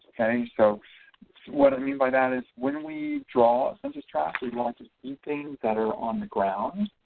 okay so what i mean by that is when we draw census tracts we like to keep things that are on the ground,